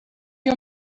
you